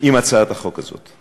עם הצעת החוק הזאת.